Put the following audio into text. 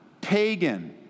pagan